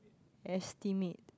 estimate